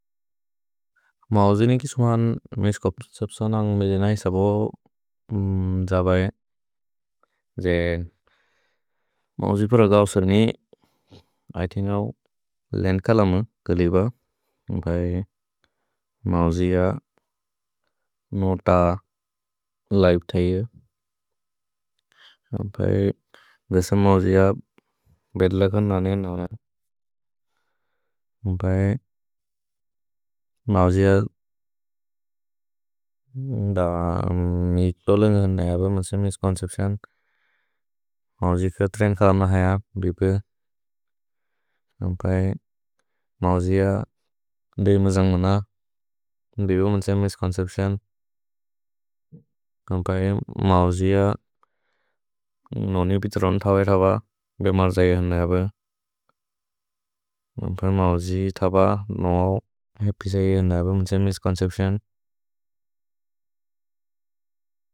मौजि नि किसुआन् मिस्को सप्सनान्ग् मेजेनै सबो जबए। जे मौजि प्रगओ सर्नि इतिनौ लेन् कलम् कलिब, बै मौजिअ नोत लैब् थैए। देस मौजिअ बेद्लकन् नाने नौन, बै मौजिअ। इक्लो लेन् जहन् नैब मन्से मिस्को सप्सनान्ग्, मौजि फिर्थ् रेन् कलम् नहि आप् भिपे। नपए मौजिअ दे मजन्गन, देबो मन्से मिस्को सप्सनान्ग्। नपए मौजिअ नोनि फिर्थ् रेन् थबए थबा, बे मर्जए जहन् नैब। नपए मौजि थबा नोनो हपे जई जहन् नैब मन्से मिस्को सप्सनान्ग्।